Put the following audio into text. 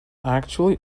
actually